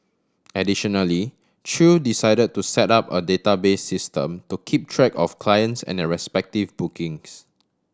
additionally Chew decide to set up a database system to keep track of clients and their respective bookings